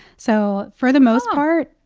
so for the most part.